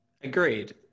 agreed